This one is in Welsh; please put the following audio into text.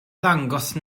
ddangos